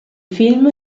film